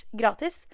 gratis